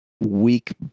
weak